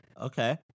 okay